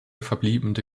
verbliebene